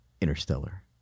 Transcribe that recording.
Interstellar